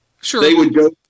Sure